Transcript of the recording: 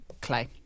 clay